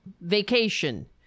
vacation